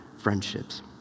friendships